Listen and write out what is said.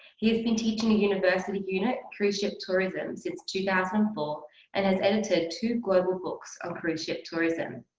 he has been teaching a university unit cruise ship tourism since two thousand and four and has edited two global books on cruise ship tourism.